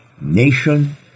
nation